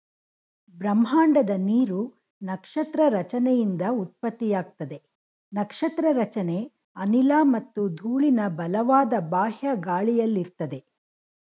ಬ್ರಹ್ಮಾಂಡದ ನೀರು ನಕ್ಷತ್ರ ರಚನೆಯಿಂದ ಉತ್ಪತ್ತಿಯಾಗ್ತದೆ ನಕ್ಷತ್ರ ರಚನೆ ಅನಿಲ ಮತ್ತು ಧೂಳಿನ ಬಲವಾದ ಬಾಹ್ಯ ಗಾಳಿಯಲ್ಲಿರ್ತದೆ